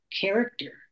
character